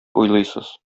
уйлыйсыз